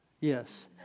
Yes